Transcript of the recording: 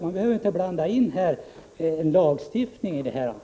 Vi behöver inte blanda in en lagstiftning i detta sammanhang.